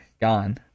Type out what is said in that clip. Gone